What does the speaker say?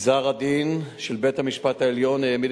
גזר-הדין של בית-המשפט העליון העמיד